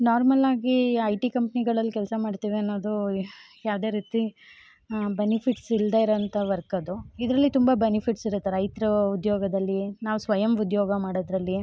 ನಾರ್ಮಲ್ಲಾಗಿ I T ಕಂಪ್ನಿಗಳಲ್ಲಿ ಕೆಲಸ ಮಾಡ್ತೀವಿ ಅನ್ನೋದು ಯಾವುದೇ ರೀತಿ ಬೆನಿಫಿಟ್ಸ್ ಇಲ್ದೇ ಇರೋವಂಥ ವರ್ಕ್ ಅದು ಇದರಲ್ಲಿ ತುಂಬ ಬೆನಿಫಿಟ್ಸ್ ಇರುತ್ತೆ ರೈತ್ರ ಉದ್ಯೋಗದಲ್ಲಿ ನಾವು ಸ್ವಯಂ ಉದ್ಯೋಗ ಮಾಡೋದ್ರಲ್ಲಿ